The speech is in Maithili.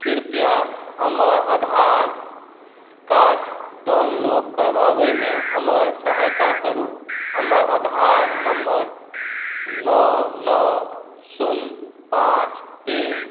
कृपया हमर आधारकार्ड डाउनलोड करबाबैमे हमर सहायता करू हमर आधार नम्बर नओ नओ शून्य पाँच तीन